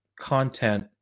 content